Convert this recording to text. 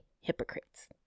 hypocrites